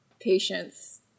patients